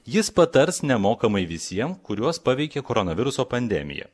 jis patars nemokamai visiem kuriuos paveikė koronaviruso pandemija